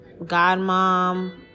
godmom